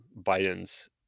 Biden's